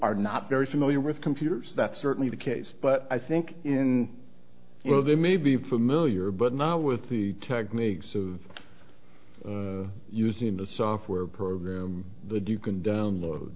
are not very familiar with computers that's certainly the case but i think in well they may be familiar but now with the techniques of using the software program the do you can download